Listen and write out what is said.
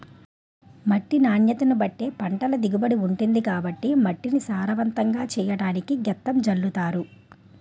మట్టి నాణ్యతను బట్టే పంటల దిగుబడి ఉంటుంది కాబట్టి మట్టిని సారవంతంగా చెయ్యడానికి గెత్తం జల్లుతారు